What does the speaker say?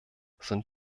sind